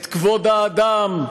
את כבוד האדם,